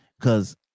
Cause